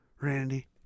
Randy